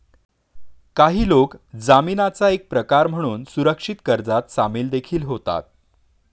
काही लोक जामीनाचा एक प्रकार म्हणून सुरक्षित कर्जात सामील देखील होतात